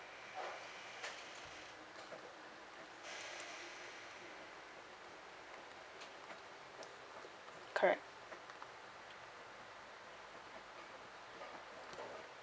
correct